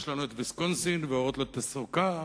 יש לנו ויסקונסין ו"אורות לתעסוקה",